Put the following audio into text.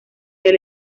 del